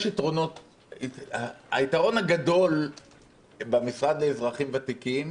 היתרון הגדול במשרד לאזרחים ותיקים,